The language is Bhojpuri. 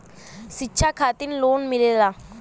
शिक्षा खातिन लोन मिलेला?